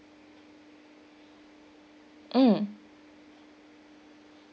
mm